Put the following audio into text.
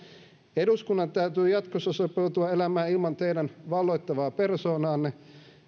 eduskunnan täytyy jatkossa sopeutua elämään ilman teidän valloittavia persoonianne